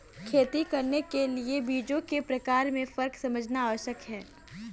खेती करने के लिए बीजों के प्रकार में फर्क समझना आवश्यक है